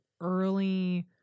early